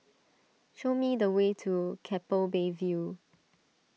show me the way to Keppel Bay View